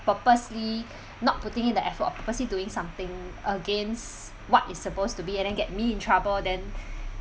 purposely not putting in the effort or purposely doing something against what is supposed to be and then get me in trouble then